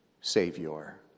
savior